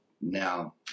now